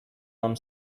нам